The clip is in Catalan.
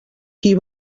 qui